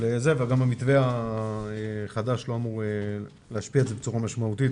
--- וגם המתווה החדש לא אמור להשפיע על זה בצורה משמעותית,